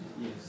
yes